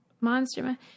Monster